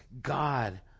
God